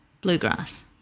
Bluegrass